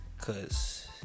Cause